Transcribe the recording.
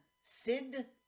Sid